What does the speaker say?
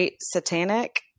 satanic